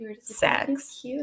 sex